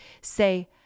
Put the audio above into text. say